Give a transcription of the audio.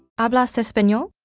hablas espanol?